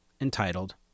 entitled